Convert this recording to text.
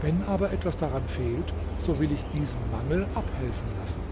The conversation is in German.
wenn aber etwas daran fehlt so will ich diesem mangel abhelfen lassen